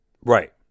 right